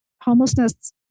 Homelessness